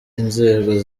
inzego